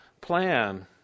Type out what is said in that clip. plan